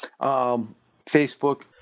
Facebook